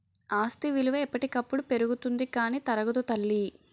ఆస్తి విలువ ఎప్పటికప్పుడు పెరుగుతుంది కానీ తరగదు తల్లీ